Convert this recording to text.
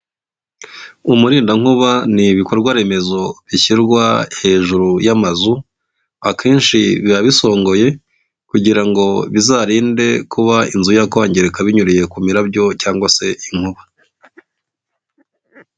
Umurindankuba ni ibikorwa remezo bishyirwa hejuru y'amazu, akenshi biba bisongoye kugira ngo bizarinde kuba inzu yakwangirika binyuriye ku mirabyo cyangwa se inkuba.